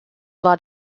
war